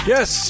Yes